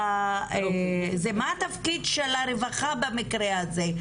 ומה התפקיד של הרווחה במקרה הזה?